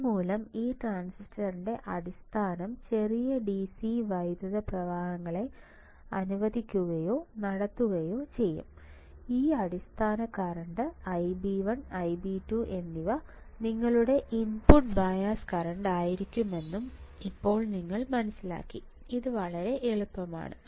ഇതുമൂലം ഈ ട്രാൻസിസ്റ്ററിന്റെ അടിസ്ഥാനം ചെറിയ DC വൈദ്യുത പ്രവാഹങ്ങളെ അനുവദിക്കുകയോ നടത്തുകയോ ചെയ്യും ഈ അടിസ്ഥാന കറന്റ് Ib1 Ib2 എന്നിവ നിങ്ങളുടെ ഇൻപുട്ട് ബയസ് കറന്റായിരിക്കുമെന്നും ഇപ്പോൾ നിങ്ങൾ മനസ്സിലാക്കി ഇത് വളരെ എളുപ്പമാണ്